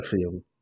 film